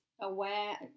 aware